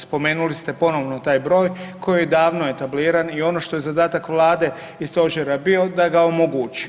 Spomenuli ste ponovno taj broj koji davno je etabliran i ono što je zadatak Vlade i stožera bio da ga omogući.